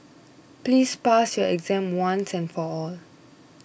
please pass your exam once and for all